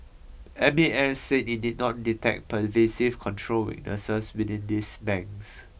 M A S said it did not detect pervasive control weaknesses within these banks